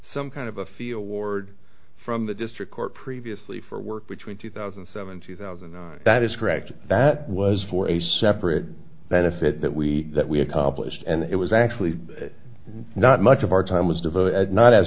some kind of a feel ward from the district court previously for work between two thousand and seven two thousand that is correct that was for a separate benefit that we that we accomplished and it was actually not much of our time was